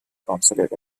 consulate